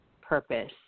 purpose